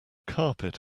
carpet